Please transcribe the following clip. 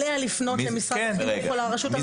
עליה לפנות למשרד החינוך או לרשות המקומית.